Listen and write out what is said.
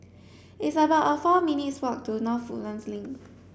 it's about four minutes' walk to North Woodlands Link